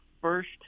first